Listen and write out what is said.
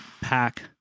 pack